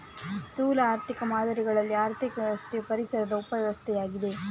ಸ್ಥೂಲ ಆರ್ಥಿಕ ಮಾದರಿಗಳಲ್ಲಿ ಆರ್ಥಿಕ ವ್ಯವಸ್ಥೆಯು ಪರಿಸರದ ಉಪ ವ್ಯವಸ್ಥೆಯಾಗಿದೆ